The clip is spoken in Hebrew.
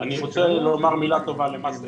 אני רוצה לומר מילה טובה למס רכוש.